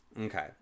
Okay